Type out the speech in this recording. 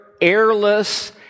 airless